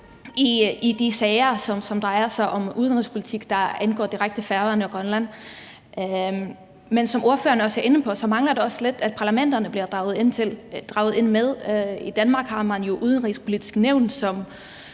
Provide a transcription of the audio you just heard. i de sager, som drejer sig om udenrigspolitik, der direkte angår Færøerne og Grønland. Men som ordføreren også er inde på, mangler der lidt, at parlamenterne bliver draget med ind. I Danmark har man jo Det Udenrigspolitiske Nævn,